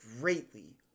greatly